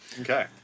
Okay